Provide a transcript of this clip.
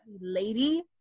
Lady